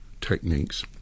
techniques